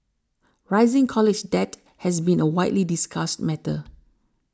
rising college debt has been a widely discussed matter